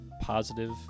positive